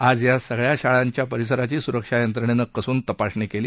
आज या सर्व शाळांच्या परिसराची सुरक्षा यंत्रणेनं कसून तपासणी केली